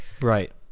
Right